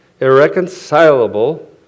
irreconcilable